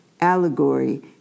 allegory